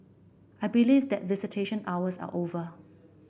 I believe that visitation hours are over